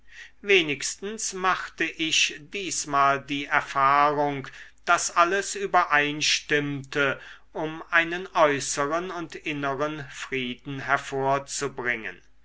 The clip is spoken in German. wenigstens machte ich diesmal die erfahrung daß alles übereinstimmte um einen äußeren und inneren frieden hervorzubringen